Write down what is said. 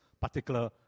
particular